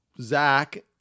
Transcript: Zach